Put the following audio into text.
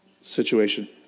situation